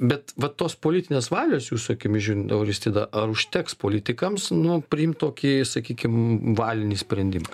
bet va tos politinės valios jūsų akimis žiūrint euristida ar užteks politikams nu priimt tokį sakykim valinį sprendimą